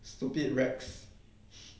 stupid rex